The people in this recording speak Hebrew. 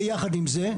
יחד עם זה,